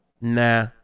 nah